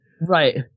right